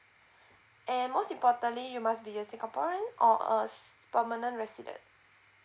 um most importantly you must be a singaporean or a permanent resident